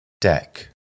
Deck